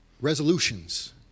resolutions